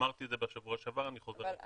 אמרתי את זה בשבוע שעבר, אני חוזר גם עכשיו.